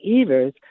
Evers